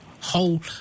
whole